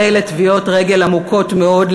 ואלה טביעות רגל עמוקות מאוד,